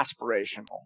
aspirational